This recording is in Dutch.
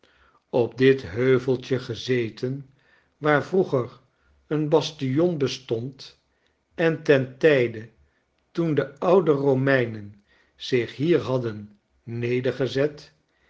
opdit heuveltje gezeten waar vroeger een bastion bestond en ten tijde toen de oude romeinen zich hier hadden nedergezet